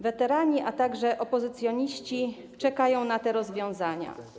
Weterani, a także opozycjoniści czekają na te rozwiązania.